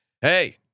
Hey